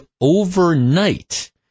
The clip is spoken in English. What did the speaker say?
overnight